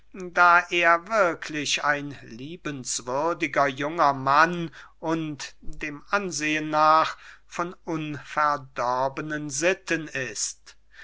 da er wirklich ein liebenswürdiger junger mann und dem ansehen nach von unverdorbenen sitten ist